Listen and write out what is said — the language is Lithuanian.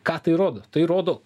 ką tai rodo tai rodo